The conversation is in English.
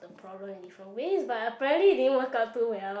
the problem in different ways but apparently it didn't work out too well